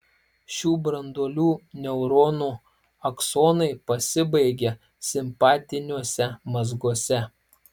šių branduolių neuronų aksonai pasibaigia simpatiniuose mazguose